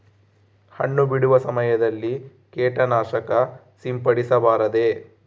ಹಣ್ಣು ಬಿಡುವ ಸಮಯದಲ್ಲಿ ಕೇಟನಾಶಕ ಸಿಂಪಡಿಸಬಾರದೆ?